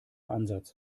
ansatz